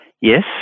Yes